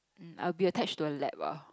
mm I will be attached to a lab ah